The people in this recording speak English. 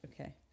Okay